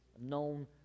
known